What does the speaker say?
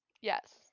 Yes